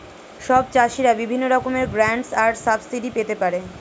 সব চাষীরা বিভিন্ন রকমের গ্র্যান্টস আর সাবসিডি পেতে পারে